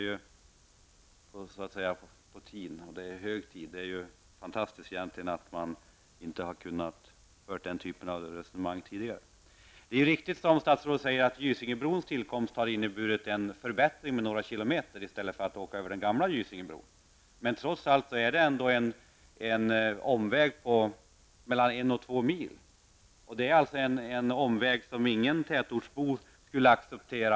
Egentligen är det fantastiskt att man inte har kunnat föra den typen av resonemang tidigare. Det är riktigt, som statsrådet säger, att den nya Gysingebron har inneburit en förbättring i form av några kilometer kortare väg jämfört med om man skulle åka över den gamla Gysingebron. Men det är ändå en omväg på en eller två mil -- en omväg som inte någon tätortsbo skulle acceptera.